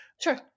Sure